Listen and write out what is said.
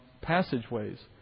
passageways